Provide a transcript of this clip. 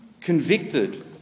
Convicted